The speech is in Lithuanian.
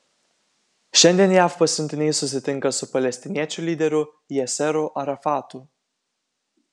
šiandien jav pasiuntiniai susitinka su palestiniečių lyderiu yasseru arafatu